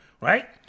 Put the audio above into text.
right